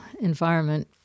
environment